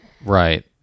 Right